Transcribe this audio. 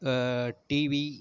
TV